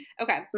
Okay